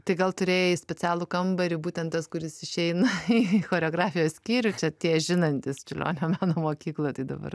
tai gal turėjai specialų kambarį būtent tas kuris išeina į choreografijos skyrių čia tie žinantys čiurlionio meno mokyklą tai dabar